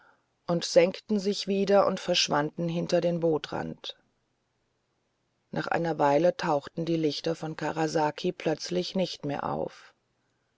und senkten sich wieder und verschwanden hinter den bootrand nach einer weile tauchten die lichter von karasaki plötzlich nicht mehr auf